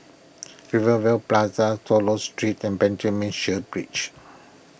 Rivervale Plaza Swallow Street and Benjamin Sheares Bridge